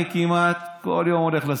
אני כמעט כל יום הולך לסופר,